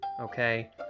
okay